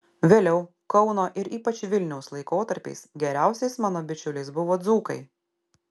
vėliau kauno ir ypač vilniaus laikotarpiais geriausiais mano bičiuliais buvo dzūkai